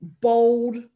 bold